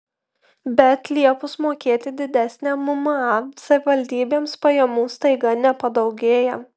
bet liepus mokėti didesnę mma savivaldybėms pajamų staiga nepadaugėja